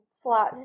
slot